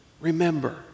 Remember